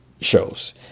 shows